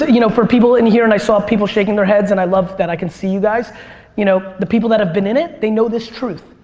ah you know people in here and i saw people shaking their heads and i love that i can see you guys you know the people that have been in it they know this truth.